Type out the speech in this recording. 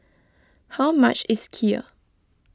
how much is Kheer